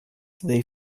they